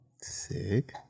Sick